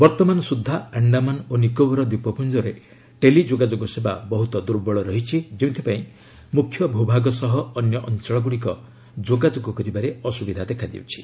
ବର୍ତ୍ତମାନ ସୁଦ୍ଧା ଆଶ୍ଡାମାନ ଓ ନିକୋବର ଦ୍ୱୀପପୁଞ୍ଜରେ ଟେଲି ଯୋଗାଯୋଗ ସେବା ବହୁତ ଦୁର୍ବଳ ରହିଛି ଯେଉଁଥିପାଇଁ ମୁଖ୍ୟ ଭୂଭାଗ ସହ ଅନ୍ୟ ଅଞ୍ଚଳଗୁଡ଼ିକ ଯୋଗାଯୋଗ କରିବାରେ ଅସୁବିଧା ଦେଖା ଦେଉଛି